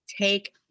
Take